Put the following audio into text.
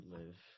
live